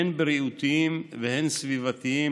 הן בריאותיים והן סביבתיים,